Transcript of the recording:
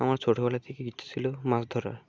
আমার ছোটোবেলা থেকে ইচ্ছে ছিলো মাছ ধরার